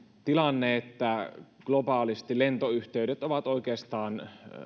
tilanne että globaalisti lentoyhteydet ovat oikeastaan